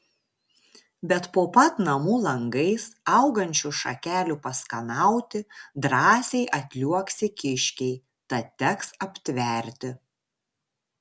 bet po pat namų langais augančių šakelių paskanauti drąsiai atliuoksi kiškiai tad teks aptverti